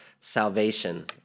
salvation